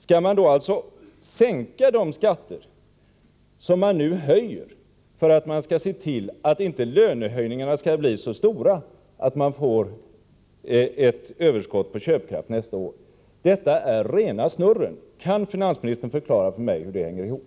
Skall regeringen alltså sänka de skatter som den nu höjer för att se till att lönehöjningarna inte blir så stora att det blir ett överskott på köpkraft nästa år? Detta är rena snurren. Kan finansministern förklara för mig hur det hänger ihop?